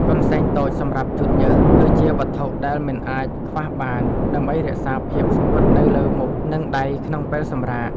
កន្សែងតូចសម្រាប់ជូតញើស គឺជាវត្ថុដែលមិនអាចខ្វះបាន ដើម្បីរក្សាភាពស្ងួតនៅលើមុខ និងដៃក្នុងពេលសម្រាក។